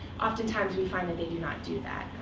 oftentimes we find that they do not do that.